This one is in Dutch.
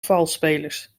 valsspelers